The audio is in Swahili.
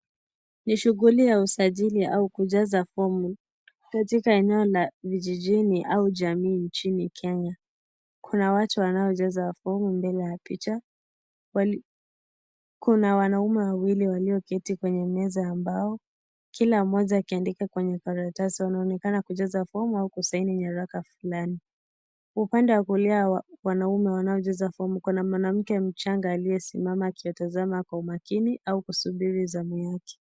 Ni shughuli ya usajili au kujaza fomu katika eneo la vijijini au jamii nchini kenya. Kuna watu wanaojaza fomu mbele ya picha. Kuna wanaume wawili walioketi kwenye meza ambao kila mmoja akiandika kwenye karatasi, wanaonekana kujaza fomu au kusaini nyaraka fulani. Kwa upande wa kulia wa wanaume wanaojaza fomu kuna mwanamke mchanga aliyesimama akiwatazama kwa makini au kusubiri zamu yake.